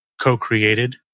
co-created